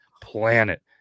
planet